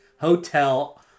hotel